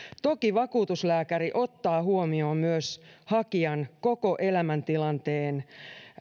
toki vakuutuslääkäri myös ottaa huomioon hakijan koko elämäntilanteen